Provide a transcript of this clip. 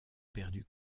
perdu